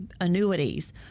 annuities